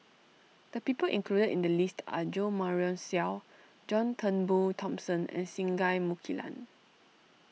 the people included in the list are Jo Marion Seow John Turnbull Thomson and Singai Mukilan